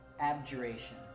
Abjuration